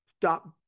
stop